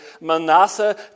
Manasseh